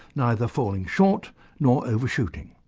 neither falling short nor overshooting.